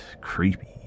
creepy